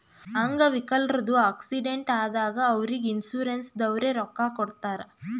ಅಂಗ್ ವಿಕಲ್ರದು ಆಕ್ಸಿಡೆಂಟ್ ಆದಾಗ್ ಅವ್ರಿಗ್ ಇನ್ಸೂರೆನ್ಸದವ್ರೆ ರೊಕ್ಕಾ ಕೊಡ್ತಾರ್